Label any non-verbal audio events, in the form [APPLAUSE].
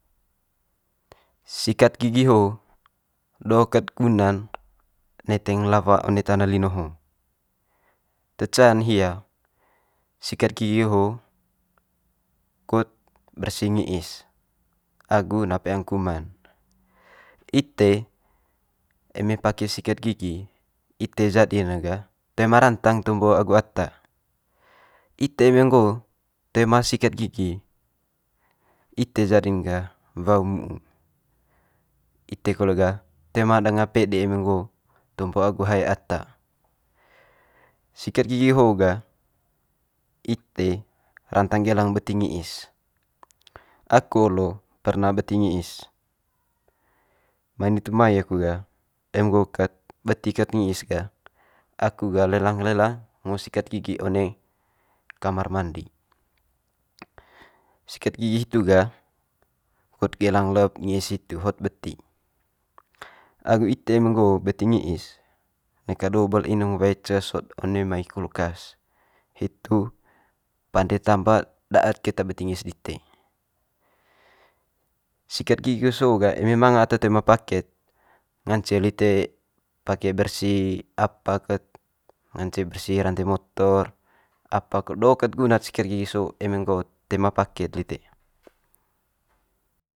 Sikat gigi ho'o do ket guna'n neteng lawa one tana lino ho'o. Te ca'n hia sikat gigi ho kut bersi ngi'is agu na peang kuman. Ite eme pake sikat gigi ite jadi ne ga toe ma rantang tombo agu ata, ite eme nggo toe manga sikat gigi ite jadi'n gah wau mu'u ite kole gah toe ma danga pede eme nggo tombo agu hae ata. Sikat gigi ho gah ite rantang gelang beti ngi'is, aku olo perna beti ngi'is mai nitu mai aku ga [UNINTELLIGIBLE] nggo'o ket beti ket ngi'is ga aku ga lelang lelang ngo sikat gigi one kamar mandi. Sikat gigi hitu gah kut geelang lep ngi'is hitu hot beti agu ite eme nggo'o beti ngi'is neka do bel inung wae ces sot one mai kulkas hitu pande tamba daat keta beti ngi'is dite. Sikat gigi so'o ga eme manga ata toe ma pake'd ngance lite pake bersi apa ket, ngance bersi rante motor apa kole do ket guna'd sikat gigi so'o eme nggo toe ma pake'd lite.